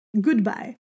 Goodbye